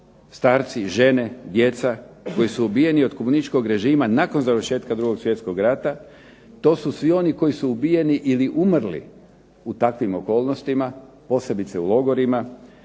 starci, žene, djeca koji su ubijeni od komunističkog režima nakon završetka 2. svjetskog rata. To su svi oni koji su ubijeni ili umrli u takvim okolnostima, posebice u logorima.